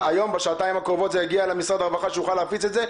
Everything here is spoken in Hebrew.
בשעתיים הקרובות זה יגיע למשרד הרווחה שיוכל להפיץ את זה?